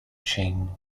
ching